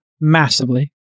massively